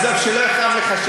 עזוב, שלא יכאב לך.